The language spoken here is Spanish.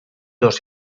dos